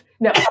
No